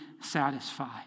satisfy